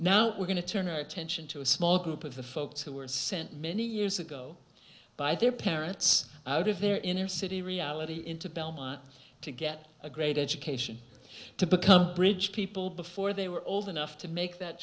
now we're going to turn our attention to a small group of the folks who were sent many years ago by their parents out of their inner city reality into belmont to get a great education to become a bridge people before they were all the nuff to make that